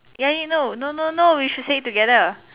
ya you know no no no we should say together